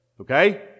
Okay